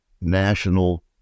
national